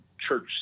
Church